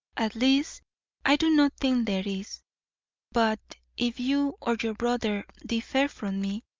at least i do not think there is but if you or your brother differ from me